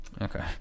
Okay